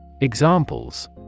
Examples